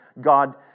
God